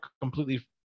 completely